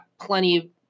plenty